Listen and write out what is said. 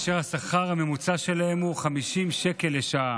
והשכר הממוצע שלהם הוא 50 שקל לשעה.